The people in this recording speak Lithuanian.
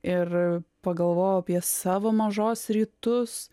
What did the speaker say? ir pagalvojau apie savo mažos rytus